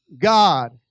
God